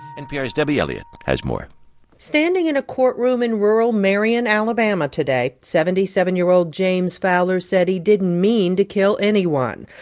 npr's debbie elliott has more standing in a courtroom in rural marion, ala, um ah today, seventy seven year old james fowler said he didn't mean to kill anyone.